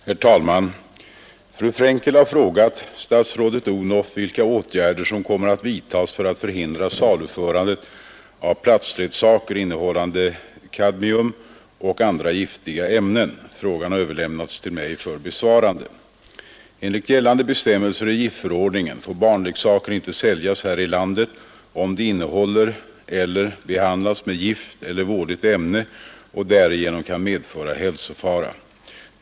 Herr talman! Fru Frenkel har frågar statsrådet Odhnoff vilka atgärder som kommer att vidtas för att förhindra saluförandet av plastleksaker innehallande kadmium och andra giftiga ämnen. Frågan har överlämnats till mig för besvarande. Enligt gällande bestämmelser i giftförordningen får barnleksaker inte säljas här i landet, om de innehaller eller behandlats med gift eller vådligt ämne och därigenom kan medföra hälsofara.